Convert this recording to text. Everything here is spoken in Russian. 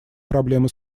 проблемы